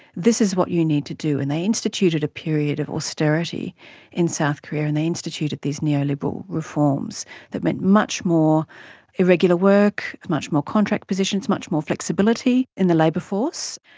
this is what you need to do. and they instituted a period of austerity in south korea and they instituted these neoliberal reforms that meant much more irregular work, much more contract positions, much more flexibility in the labour force.